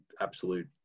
absolute